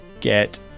get